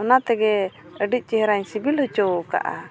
ᱚᱱᱟ ᱛᱮᱜᱮ ᱟᱹᱰᱤ ᱪᱮᱦᱨᱟᱧ ᱥᱤᱵᱤᱞ ᱦᱚᱪᱚ ᱟᱠᱟᱫᱼᱟ